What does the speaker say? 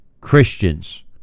Christians